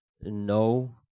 No